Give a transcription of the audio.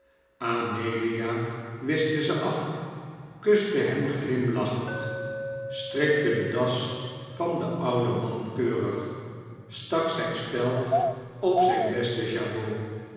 amelia wischte ze af kuste hem glimlachend strikte de das van den ouden man keurig stak zijn speld op zijn besten